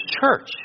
church